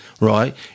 right